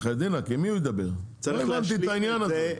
לא הבנתי את העניין הזה.